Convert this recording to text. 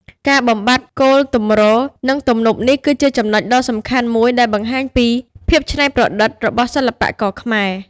ការបំបាត់គោលទម្រ និងទំនប់នេះគឺជាចំណុចដ៏សំខាន់មួយដែលបង្ហាញពី ភាពច្នៃប្រឌិត របស់សិល្បករខ្មែរ។